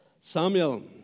Samuel